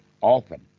often